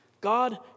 God